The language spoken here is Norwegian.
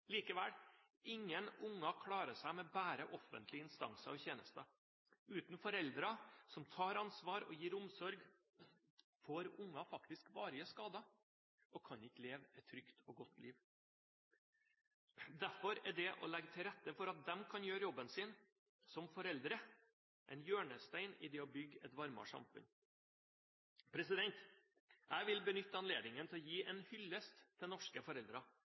Likevel: Ingen unger klarer seg med bare offentlige instanser og tjenester. Uten foreldrene som tar ansvar og gir omsorg, får unger faktisk varige skader og kan ikke leve et trygt og godt liv. Derfor er det å legge til rette for at foreldre kan gjøre jobben sin som foreldre, en hjørnestein i byggingen av et varmere samfunn. Jeg vil benytte anledningen til å gi en hyllest til norske foreldre.